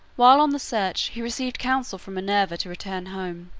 while on the search, he received counsel from minerva to return home.